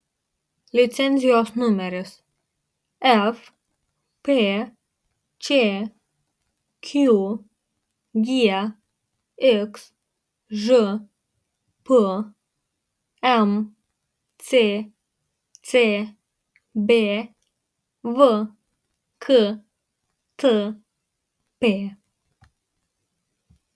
licenzijos numeris fpčq gxžp mccb vktp